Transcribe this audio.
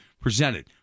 presented